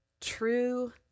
true